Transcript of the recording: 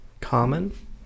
common